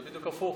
זה בדיוק הפוך